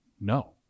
No